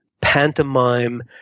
pantomime